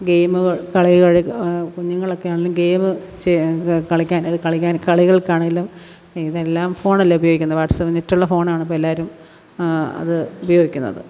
ഗെയിമുകൾ കളികൾ കുഞ്ഞുങ്ങളൊക്കെ ആണേലും ഗെയിം കളിക്കാൻ കളിക്കാൻ കളികൾക്കാണെങ്കിലും ഇതെല്ലാം ഫോൺ അല്ലേ ഉപയോഗിക്കുന്നത് വാട്സ്ആപ്പ് നെറ്റ് ഉള്ള ഫോൺ ആണ് ഇപ്പോൾ എല്ലാവരും അത് ഉപയോഗിക്കുന്നത്